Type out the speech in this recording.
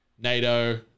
NATO